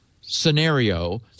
scenario